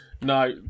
No